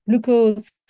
glucose